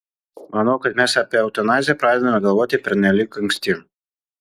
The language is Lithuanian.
manau kad mes apie eutanaziją pradedame galvoti pernelyg anksti